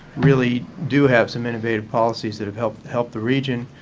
really do have some innovative policies that have helped helped the region.